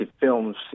films